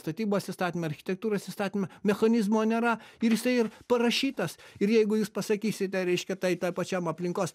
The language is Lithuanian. statybos įstatyme architektūros įstatyme mechanizmo nėra ir jisai ir parašytas ir jeigu jūs pasakysite reiškia tai tai pačiam aplinkos